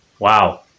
Wow